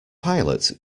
pilot